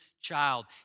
child